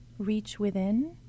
reachwithin